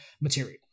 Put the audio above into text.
material